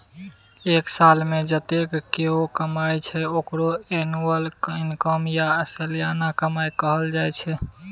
एक सालमे जतेक केओ कमाइ छै ओकरा एनुअल इनकम या सलियाना कमाई कहल जाइ छै